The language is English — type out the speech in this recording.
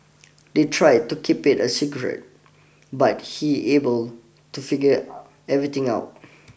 they tried to keep it a secret but he able to figure everything out